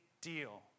deal